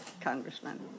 Congressman